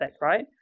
right